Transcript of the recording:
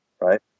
right